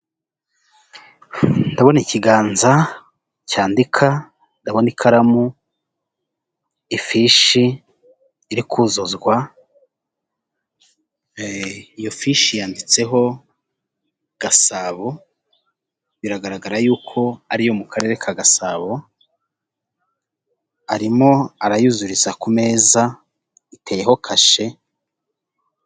Nyiricyubahiro umuyobozi w'igihugu cy'u Rwanda yambaye ishati y'umweru nipantaro y'umukara mu kiganza cy'iburyo afite icyuma ndangururamajwi ndetse n'agacupa k'amazi kuru ruhande yicaye hagati y'abantu abantu benshi bamuhanze amaso.